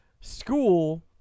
school